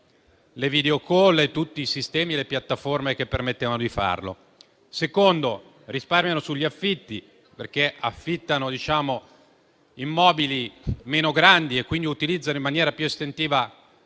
le *video call*, tutti i sistemi e le piattaforme che permettevano di farlo; in secondo luogo, che risparmiano sugli affitti perché affittano immobili meno grandi e quindi utilizzano in maniera più estensiva